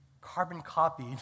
carbon-copied